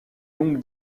longue